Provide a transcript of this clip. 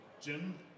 Jim